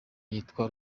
witwa